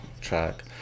track